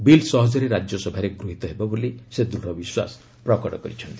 bill ସହଜରେ ରାଜ୍ୟସଭାରେ ଗୃହୀତ ହେବ ବୋଲି ସେ ଦୃଢ଼ ବିଶ୍ୱାସ ପ୍ରକଟ କରିଚ୍ଛନ୍ତି